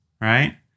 right